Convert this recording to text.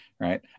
right